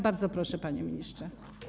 Bardzo proszę, panie ministrze.